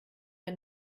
ein